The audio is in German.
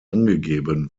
angegeben